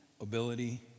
ability